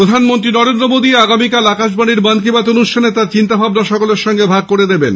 প্রধানমন্ত্রী নরেন্দ্র মোদী আগামীকাল আকাশবাণীর মন কি বাত় অনুষ্ঠানে তাঁর চিন্তাভাবনা সকলের সঙ্গে ভাগ করেন নেবেন